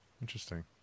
Interesting